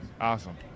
awesome